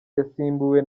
yasimbuwe